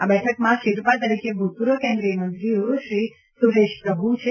આ બેઠકમાં શેરપા તરીકે ભૂતપૂર્વ કેન્દ્રીયમંત્રીશ્રી સુરેશ પ્રભુ છે